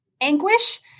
anguish